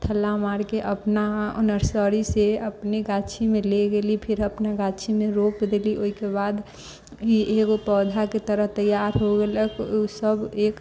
थल्ला मारके अपना नर्सरी से अपने गाछीमे ले गेलीह फेर अपना गाछीमे रोपि देलीह ओहिके बाद ई एगो पौधाके तरह तैयार हो गेलक ओ सभ एक